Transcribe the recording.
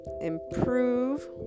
improve